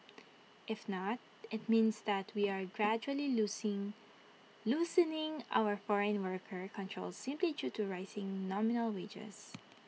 if not IT means that we are gradually losing loosening our foreign worker controls simply due to rising nominal wages